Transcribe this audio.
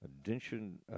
Addition